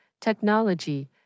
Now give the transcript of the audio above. technology